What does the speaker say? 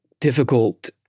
difficult